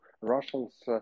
russians